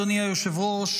אדוני היושב-ראש,